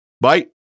Bye